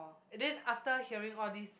and then after hearing all these